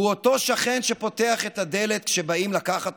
הוא אותו שכן שפותח את הדלת כשבאים לקחת